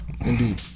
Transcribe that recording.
Indeed